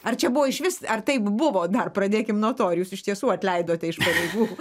ar čia buvo išvis ar taip buvo dar pradėkim nuo to ar jūs iš tiesų atleidote iš pareigų